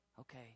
Okay